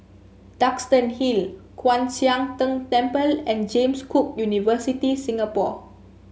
Duxton Hill Kwan Siang Tng Temple and James Cook University Singapore